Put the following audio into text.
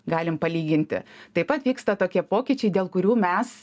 galim palyginti taip pat vyksta tokie pokyčiai dėl kurių mes